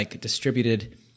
distributed